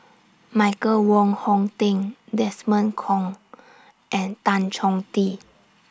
Michael Wong Hong Teng Desmond Kon and Tan Chong Tee